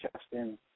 Justin